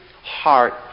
heart